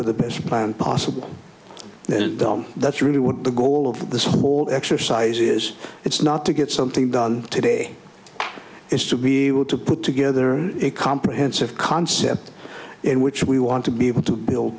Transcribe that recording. with the best plan possible and that's really what the goal of this whole exercise is it's not to get something done today is to be able to put together a comprehensive concept in which we want to be able to buil